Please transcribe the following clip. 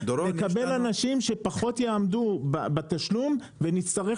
נקבל אנשים שפחות יעמדו בתשלום ונצטרך